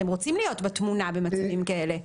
אתם רוצים להיות בתמונה במצבים כאלה.